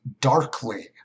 darkly